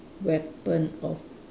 weapon of